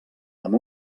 amb